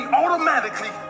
automatically